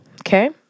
Okay